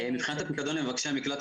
מבחינת הפיקדון למבקשי מקלט,